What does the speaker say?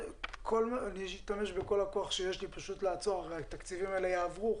אני אשתמש בכל הכוח שלי פשוט לעצור הרי התקציבים האלה יעברו,